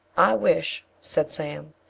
i wish, said sam,